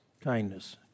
kindness